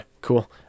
cool